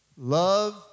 love